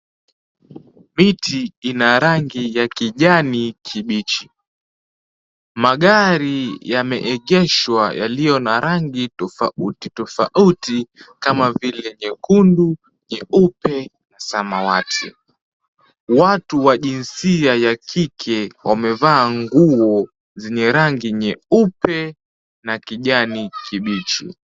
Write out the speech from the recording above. Miti ina rangi ya kijani kibichi. Magari yameegeshwa, yaliyo na rangi tofauti tofauti kama vile, nyekundu nyeupe, samawati. Watu wa jinsia ya kike wamevaa nguo zenye rangi nyeupe na kijani kibichi.